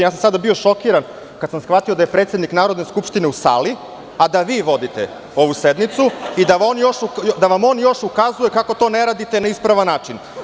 Sada sam bio šokiran kada sam shvatio da je predsednik Narodne skupštine u sali, a da vi vodite ovu sednicu i da vam on još ukazuje kako to ne radite na ispravan način.